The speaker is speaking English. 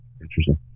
Interesting